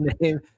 name